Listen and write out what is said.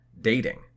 dating